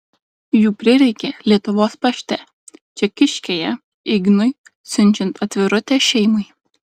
jų prireikė lietuvos pašte čekiškėje ignui siunčiant atvirutę šeimai